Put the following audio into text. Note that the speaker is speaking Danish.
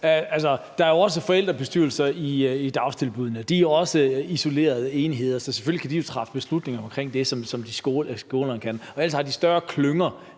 der er også forældrebestyrelser i dagtilbuddene. De er også isolerede enheder. Så selvfølgelig kan de jo træffe beslutninger om det, som skolerne kan, ellers har de sandsynligvis